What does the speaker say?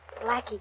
Blackie